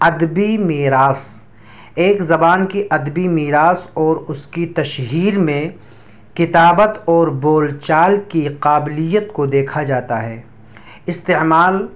ادبی میراث ایک زبان کی ادبی میراث اور اس کی تشہیر میں کتابت اور بول چال کی قابلیت کو دیکھا جاتا ہے استعمال